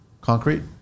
concrete